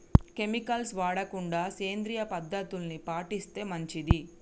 chemicals వాడకుండా సేంద్రియ పద్ధతుల్ని పాటిస్తే మంచిది